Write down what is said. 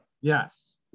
Yes